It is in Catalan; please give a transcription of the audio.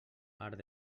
arc